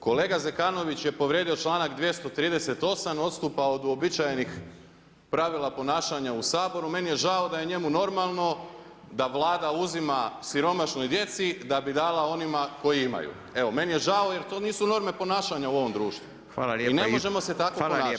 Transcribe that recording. Kolega Zekanović je povrijedio članak 238. odstupa od uobičajenih pravila ponašanja u Saboru. meni je žao da je njemu normalno da Vlada uzima siromašnoj djeci da bi dala onima koji imaju, evo meni je žao jer to nisu norme ponašanja u ovom društvu i ne možemo se tako ponašati.